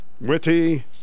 witty